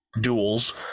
duels